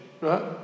right